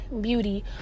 beauty